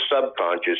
subconscious